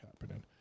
happening